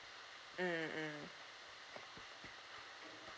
mmhmm